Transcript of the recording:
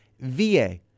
VA